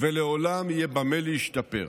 ולעולם יהיה במה להשתפר,